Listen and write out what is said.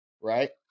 Right